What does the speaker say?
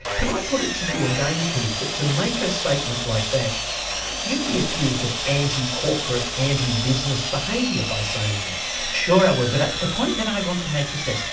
can i put it to you again keith, that to make a statement like that you'd be accused of anti-corporate, anti-business behaviour by saying that? sure i would. but the point that i want to make is this.